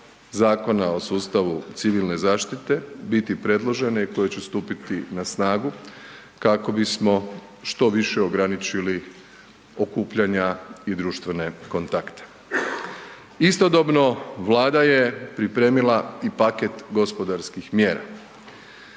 Zakona o sustavu civilne zaštite biti predložene i koje će stupiti na snagu kako bismo što više ograničili okupljanja i društvene kontakte. Istodobno Vlada je pripremila i paket gospodarskih mjera.